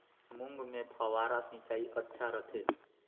मूंग मे फव्वारा सिंचाई अच्छा रथे?